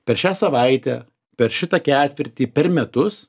per šią savaitę per šitą ketvirtį per metus